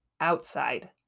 outside